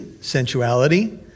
sensuality